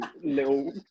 little